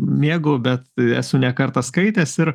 mėgau bet esu ne kartą skaitęs ir